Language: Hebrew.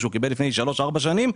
שהוא קיבל לפני שלוש-ארבע שנים,